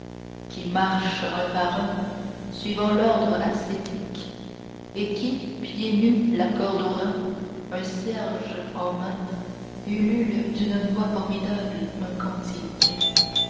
qui marchent un par un suivant l'ordre ascétique et qui pieds nus la corde aux reins un cierge en main ululent d'une voix formidable un cantique